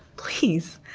please,